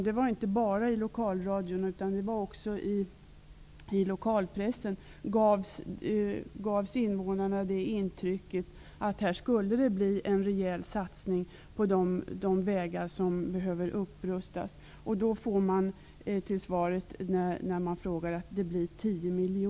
Det var inte bara i lokalradion utan också i lokalpressen som invånarna gavs intrycket att det skulle bli en rejäl satsning på de vägar som behöver rustas upp. När man sedan frågar får man svaret att det blir 10